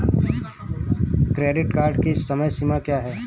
Credit card की समय सीमा क्या है?